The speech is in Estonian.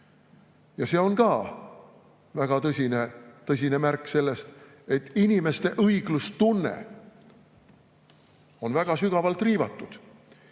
see on ka väga tõsine märk sellest, et inimeste õiglustunne on väga sügavalt riivatud.